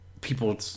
people